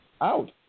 out